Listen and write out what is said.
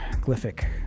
Glyphic